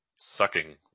sucking